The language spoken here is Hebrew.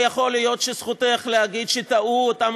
ויכול להיות שזכותך להגיד שטעו אותם